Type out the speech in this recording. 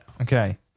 Okay